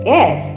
Yes